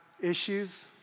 issues